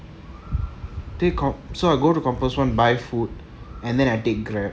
take up so I go to compass one buy food and then I take grab